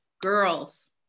girls